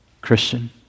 Christian